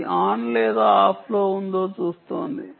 అది ఆన్ లేదా ఆఫ్లో ఉందో చూస్తుంది